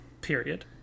period